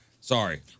Sorry